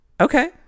okay